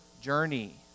journey